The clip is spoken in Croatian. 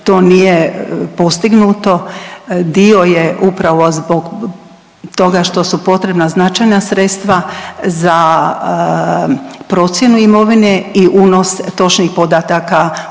to nije postignuto, dio je upravo zbog toga što su potrebna značajna sredstva za procjenu imovine i unos točnih podataka u